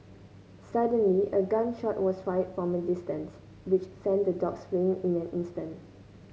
suddenly a gun shot was fired from a distance which sent the dogs fleeing in an instant